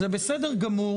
זה בסדר גמור